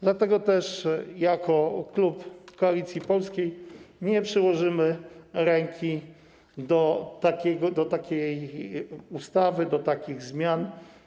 Dlatego też jako klub Koalicji Polskiej nie przyłożymy ręki do takiej ustawy, do takich zmian.